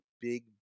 big